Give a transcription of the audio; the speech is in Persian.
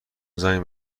زنگ